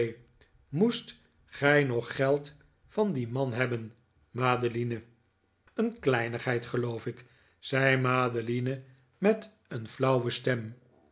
moest gij nog geld van dien man hebben madeline nikolaas nickleby een kleinigheid geloof ik zei madeline met een flauwe stem